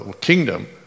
kingdom